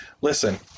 listen